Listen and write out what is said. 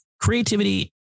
creativity